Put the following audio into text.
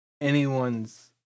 anyone's